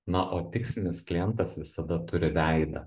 na o tikslinis klientas visada turi veidą